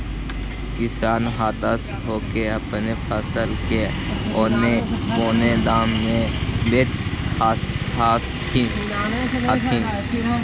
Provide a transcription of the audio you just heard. किसान हताश होके अपन फसल के औने पोने दाम में बेचऽ हथिन